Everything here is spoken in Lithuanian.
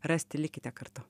rasti likite kartu